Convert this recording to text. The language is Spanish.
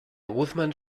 guzmán